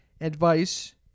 advice